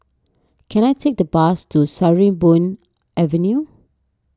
can I take the bus to Sarimbun Avenue